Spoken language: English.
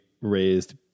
raised